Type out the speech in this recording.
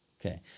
okay